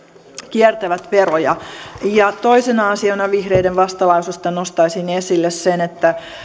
kiertävät veroja toisena asiana vihreiden vastalauseesta nostaisin esille sen että